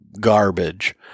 garbage